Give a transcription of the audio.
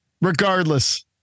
regardless